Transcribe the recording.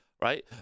right